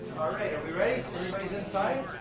alright, are we ready? everybody's inside?